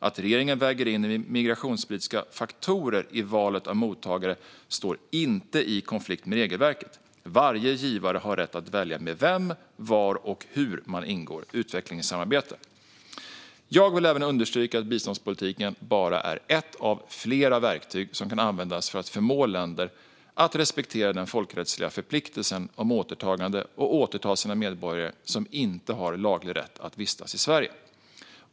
Att regeringen väger in migrationspolitiska faktorer i valet av mottagare står inte i konflikt med regelverket. Varje givare har rätt att välja med vem samt var och hur man ingår utvecklingssamarbete. Jag vill även understryka att biståndspolitiken bara är ett av flera verktyg som kan användas för att förmå länder att respektera den folkrättsliga förpliktelsen om återtagande och återta sina medborgare som inte har laglig rätt att vistas i Sverige.